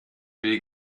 will